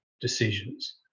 decisions